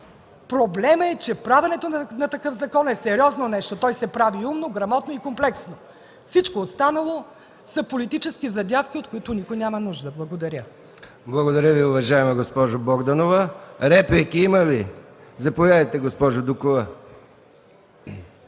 Проблемът е, че правенето на такъв закон е сериозно нещо. Той се прави умно, грамотно и комплексно. Всичко останало са политически задявки, от които никой няма нужда. Благодаря. ПРЕДСЕДАТЕЛ МИХАИЛ МИКОВ: Благодаря Ви, уважаема госпожо Богданова. Има ли желаещи за реплики? Заповядайте, госпожо Дукова.